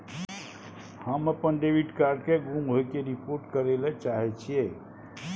हम अपन debit card के गुम होय के रिपोर्ट करय ले चाहय छियै